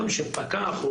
היום כשפקח,